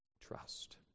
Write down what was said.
trust